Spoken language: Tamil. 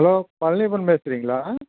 ஹலோ பழனியப்பன் பேசுறிங்களா